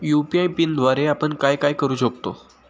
UPI पिनद्वारे आपण काय काय करु शकतो?